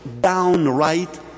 downright